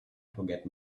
forget